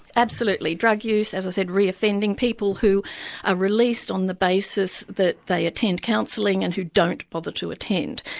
absolutely. drug use, as i said, reoffending, people who are ah released on the basis that they attend counselling and who don't bother to attend.